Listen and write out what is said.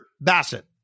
Bassett